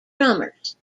drummers